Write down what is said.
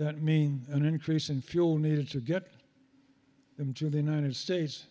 that mean an increase in fuel needed to get them to the united states